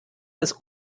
des